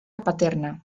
paterna